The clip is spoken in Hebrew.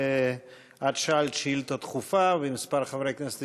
את שאלת שאילתה דחופה וכמה חברי כנסת